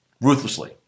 ruthlessly